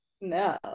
no